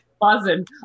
buzzing